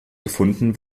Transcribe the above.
gefunden